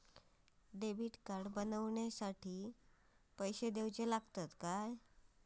Debit card बनवण्याखाती पैसे दिऊचे लागतात काय?